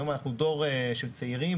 היום אנחנו דור של צעירים,